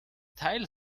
teil